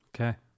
Okay